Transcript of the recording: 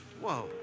Whoa